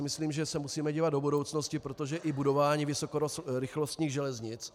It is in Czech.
Myslím si, že se musíme dívat do budoucnosti, protože i budování vysokorychlostních železnic...